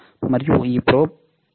మరియు ఈ ప్రోబ్ ఇక్కడ ఉంది